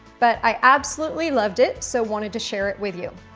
but i absolutely loved it, so wanted to share it with you.